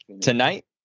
Tonight